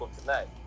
tonight